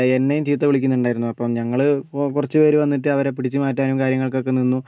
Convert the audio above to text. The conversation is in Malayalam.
എന്നെയും ചീത്ത വിളിക്കുന്നുണ്ടായിരുന്നു അപ്പം ഞങ്ങൾ കൊ കുറച്ച് പേർ വന്നിട്ട് അവരെ പിടിച്ച് മാറ്റാനും കാര്യങ്ങൾക്കൊക്കെ നിന്നു